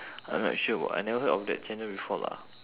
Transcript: I'm not sure wha~ I never heard of that channel before lah